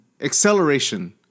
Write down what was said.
acceleration